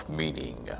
meaning